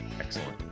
excellent